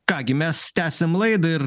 ką gi mes tęsiam laidą ir